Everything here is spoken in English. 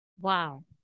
wow